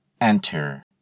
Enter